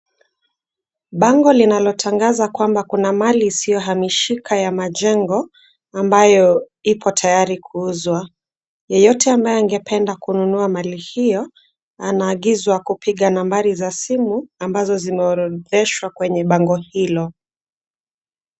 Bango linalotangaza kwamba kuna mahali isihamishika ya majengo, ambayo ipo tayari kuuzwa, yeyote ambaye angependa kununua mali hiyo, anaagizwa kupiga nambari za simu, ambazo zimeodhoreshwa kwenye bango hilo.